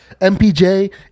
MPJ